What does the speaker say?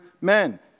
men